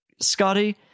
Scotty